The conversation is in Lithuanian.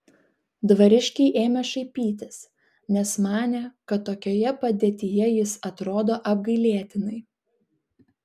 dvariškiai ėmė šaipytis nes manė kad tokioje padėtyje jis atrodo apgailėtinai